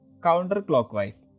counterclockwise